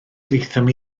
daethom